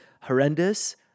horrendous